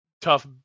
Tough